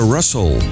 Russell